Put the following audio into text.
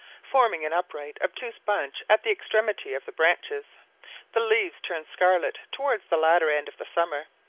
forming an upright obtuse bunch at the extremity of the branches the leaves turn scarlet towards the latter end of the summer.